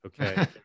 Okay